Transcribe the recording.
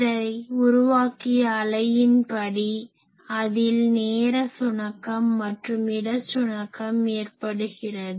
இதை உருவாக்கிய அலையின் படி அதில் நேர சுணக்கம் மற்றும் இட சுணக்கம் ஏற்படுகிறது